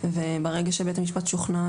וברגע שבית המשפט שוכנע,